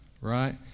right